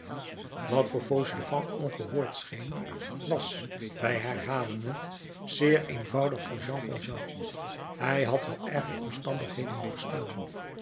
wat voor fauchelevent ongehoord scheen was wij herhalen het zeer eenvoudig voor jean valjean hij had wel erger omstandigheden doorgestaan